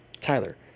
Tyler